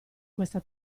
questa